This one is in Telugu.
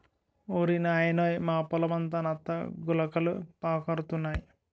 ఓరి నాయనోయ్ మా పొలమంతా నత్త గులకలు పాకురుతున్నాయి